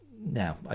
Now